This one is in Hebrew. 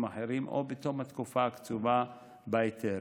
אחרים או בתום התקופה הקצובה בהיתר.